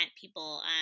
people